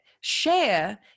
share